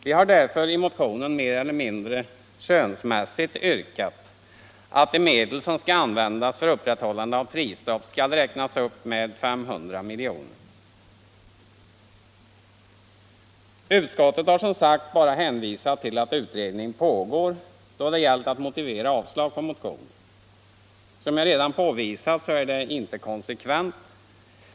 Vi har därför i motionen mer celler mindre skönsmässigt yrkat att de medel som skall användas för upprätthållande av prisstopp skall räknas upp med 500 milj.kr. Utskottet har som sagt bara hänvisat till att utredning pågår då det gällt att motivera avslag på motionen. Som jag redan påvisat så är detta inte konsekvent.